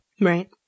right